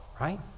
right